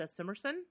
Simerson